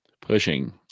pushing